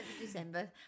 December